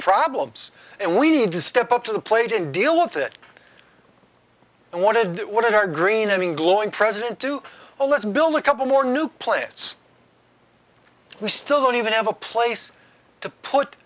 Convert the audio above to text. problems and we need to step up to the plate and deal with it and want to do what in our green i mean glowing president to oh let's build a couple more new plants we still don't even have a place to put